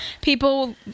people